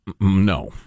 No